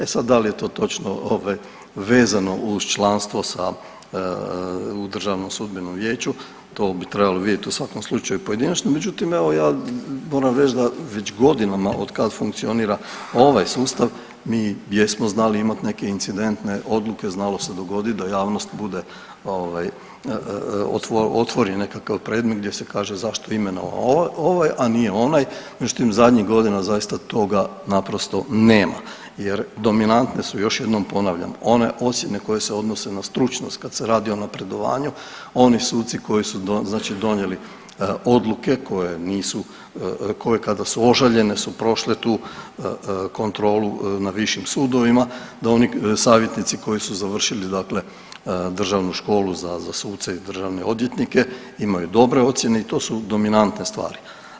E sad, da li je to točno vezano uz članstvo sa, u DSV-u, to bi trebalo vidjeti u svakom slučaju pojedinačno, međutim, evo ja moram reći da već godinama, od kad funkcionira ovaj sustav, mi jesmo znali imati neke incidentne odluke, znalo se dogoditi da javnost bude ovaj, otvori nekakav predmet gdje se kaže zašto je imenovan ovaj, a nije onaj, međutim, zadnjih godina zaista toga naprosto nema jer dominantne su, još jednom ponavljam, one ocjene koje se odnose na stručnost kada se radi o napredovanju, oni suci koji su znači donijeli odluke koje nisu, koje kada su ožaljene su prošle tu kontrolu na višim sudovima, da oni savjetnici koji su završili dakle Državnu školu za suce i državne odvjetnike, imaju dobre ocjene i to su dominantne stvari.